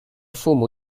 父母